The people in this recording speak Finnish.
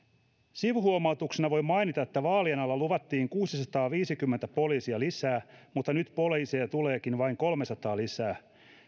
sivuhuomautuksena voin mainita että vaalien alla luvattiin kuusisataaviisikymmentä poliisia lisää mutta nyt poliiseja tuleekin vain kolmesataa lisää